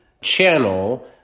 channel